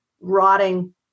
rotting